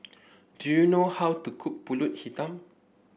do you know how to cook pulut hitam